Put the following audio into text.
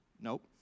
Nope